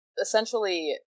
essentially